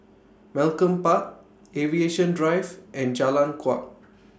Malcolm Park Aviation Drive and Jalan Kuak